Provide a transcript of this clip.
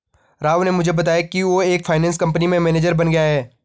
राव ने मुझे बताया कि वो एक फाइनेंस कंपनी में मैनेजर बन गया है